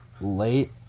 late